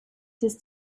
this